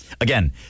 Again